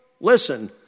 listen